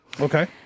okay